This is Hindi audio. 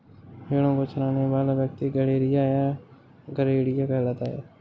भेंड़ों को चराने वाला व्यक्ति गड़ेड़िया या गरेड़िया कहलाता है